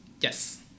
Yes